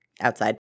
outside